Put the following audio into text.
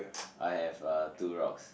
I have uh two rocks